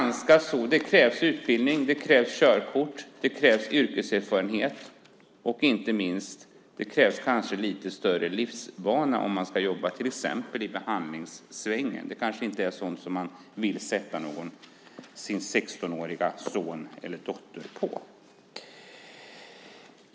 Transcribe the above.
Det krävs utbildning. Det krävs körkort. Det krävs yrkeserfarenhet. Inte minst krävs det kanske också lite större livserfarenhet om man ska jobba till exempel i behandlingssvängen. Kanske är det inte sådant som man vill sätta sin 16-åriga son eller dotter på.